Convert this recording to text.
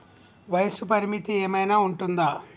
వయస్సు పరిమితి ఏమైనా ఉంటుందా?